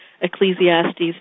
Ecclesiastes